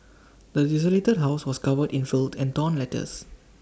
the desolated house was covered in filth and torn letters